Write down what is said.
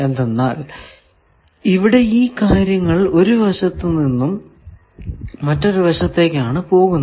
എന്തെന്നാൽ ഇവിടെ ഈ കാര്യങ്ങൾ ഒരു വശത്തു നിന്നും മറ്റൊരു വശത്തേക്കാണ് പോകുന്നത്